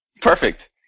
Perfect